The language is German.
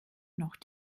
noch